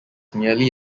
merely